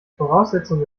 voraussetzung